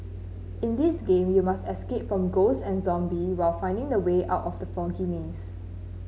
in this game you must escape from ghosts and zombie while finding the way out from the foggy maze